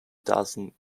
dozen